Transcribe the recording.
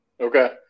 Okay